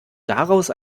daraus